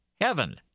heaven